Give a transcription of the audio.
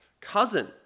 cousin